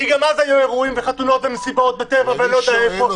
כי גם אז היו אירועים וחתונות ומסיבות בטבע ואני לא יודע מה.